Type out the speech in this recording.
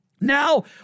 Now